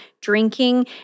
drinking